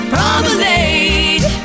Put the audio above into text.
Promenade